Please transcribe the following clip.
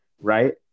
right